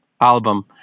album